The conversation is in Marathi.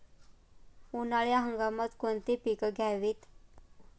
उन्हाळी हंगामात कोणती पिके घ्यावीत?